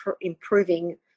improving